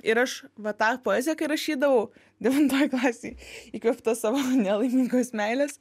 ir aš vat tą poeziją kai rašydavau devintoj klasėj įkvėpta savo nelaimingos meilės